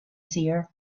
seer